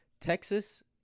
Texas